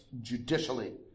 judicially